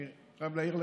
אני חייב להעיר לך,